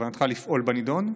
בכוונתך לפעול בנדון?